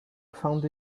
found